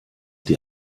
die